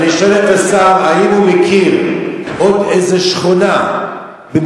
אני שואל את השר אם הוא מכיר עוד איזו שכונה במדינת